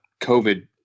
COVID